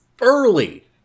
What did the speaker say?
early